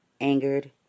angered